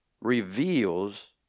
reveals